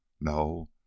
No